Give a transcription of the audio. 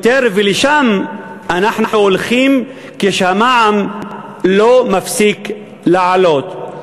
ולשם אנחנו הולכים כשהמע"מ לא מפסיק לעלות".